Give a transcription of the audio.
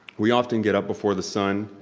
we often get up before the sun,